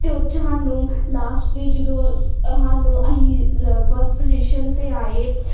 ਅਤੇ ਉਹ 'ਚ ਸਾਨੂੰ ਲਾਸਟ 'ਤੇ ਜਦੋਂ ਸਾਨੂੰ ਅਸੀਂ ਫਰਸਟ ਪੁਜੀਸ਼ਨ 'ਤੇ ਆਏ